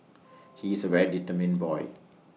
he is A very determined boy